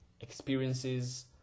experiences